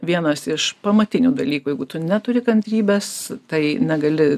vienas iš pamatinių dalykų jeigu tu neturi kantrybės tai negali